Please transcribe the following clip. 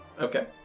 Okay